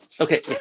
Okay